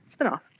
spinoff